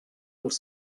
els